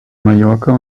mallorca